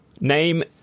Name